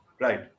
Right